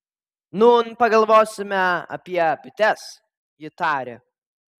nūn pagalvosime apie bites ji tarė